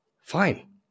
Fine